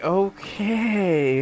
okay